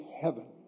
heaven